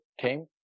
came